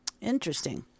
Interesting